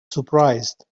surprised